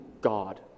God